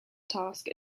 task